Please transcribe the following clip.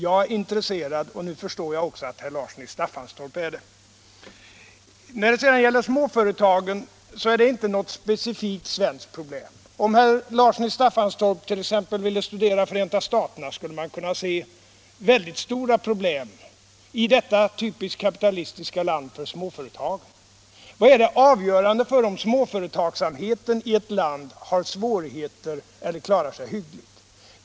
Jag är intresserad, och nu förstår jag att herr Larsson i Staffanstorp också är det. Småföretagens problem är inte någonting specifikt svenskt. Om herr Larsson i Staffanstorp t.ex. ville studera Förenta staterna, skulle han kunna se väldigt stora problem för småföretagen i detta typiskt kapitalistiska land. Vad är det avgörande för om småföretagsamheten i ett land har svårigheter eller klarar sig hyggligt?